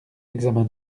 examen